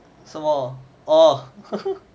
什么 orh